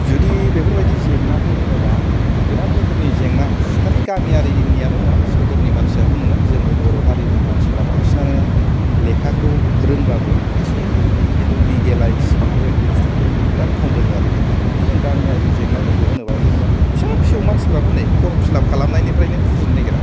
जुदि बेफोरबायदि जेंनाखौ होनोबा बेराद रोखोमनि जेंना खालि गामियारिनियाल' नङा सोहोरनि मानसियाबो मोनो जोंनि बर' हारिनि मानसिफोरा बांसिनानो लेखाखौ रोंबाबो एसे एनै रोङो खिन्थु लिगेलायस बेफोरबायदि बुस्थुखौ बेराद खम रोङो आरोखि जुदि जों गामियारि जेंनाफोरखौ होनोबा जेनावबा फिसा फिसौ मानसिफ्राथ' नै फर्म फिलाब खालामनायनिफ्रायनो बुजिनो नागेरा